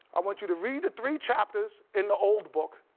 i want you to read the three chapters in the old book,